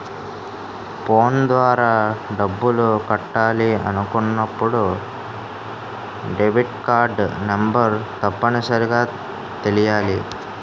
phone ద్వారా డబ్బులు కట్టాలి అనుకున్నప్పుడు డెబిట్కార్డ్ నెంబర్ తప్పనిసరిగా తెలియాలి